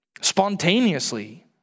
spontaneously